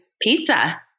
pizza